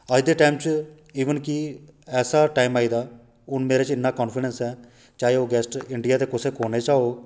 अज्ज दे टाइम च इवन कि ऐसा टाइम आई गेदा हून मेरे च इन्ना कानफीडेंस ऐ चाहे ओह् गैस्ट इंडिया दे कुसै कोन्ने चा होग